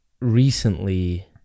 recently